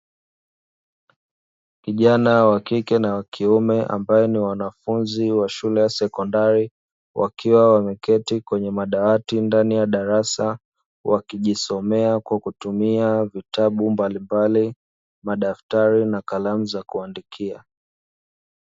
Kijana wa kike na wa kiume ambaye ni wanafunzi wa shule ya sekondari; wakiwa wameketi kwenye madawati ndani ya darasa wakijisomea kwa kutumia vitabu mbalimbali, madaftari na kalamu za kuandikia.